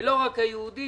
ולא רק היהודי,